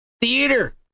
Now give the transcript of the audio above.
theater